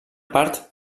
part